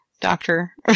doctor